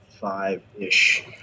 five-ish